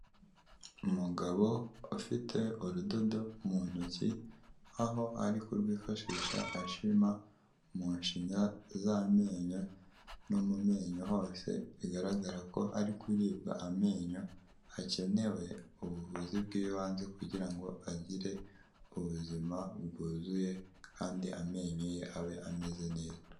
Umugabo ufite urudodo mu ntoki, aho ari kurwifashisha ashima amashinya y'amenyo, no mu menyo hose bigaragara ko ari kuribwa amenyo, hakenewe ubuvuzi bw'ibanze kugira ngo agire ubuzima bwuzuye, kandi amenyo ye abe ameze neza.